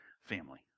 family